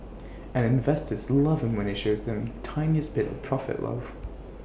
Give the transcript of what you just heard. and investors love him when he shows them the tiniest bit of profit love